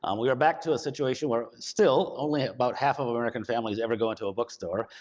um we are back to a situation where, still, only about half of american families ever go into a bookstore,